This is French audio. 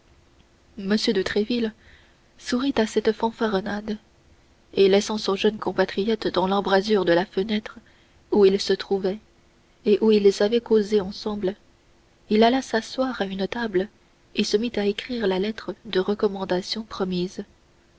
de tréville sourit à cette fanfaronnade et laissant son jeune compatriote dans l'embrasure de la fenêtre où ils se trouvaient et où ils avaient causé ensemble il alla s'asseoir à une table et se mit à écrire la lettre de recommandation promise